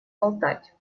болтать